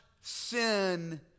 sin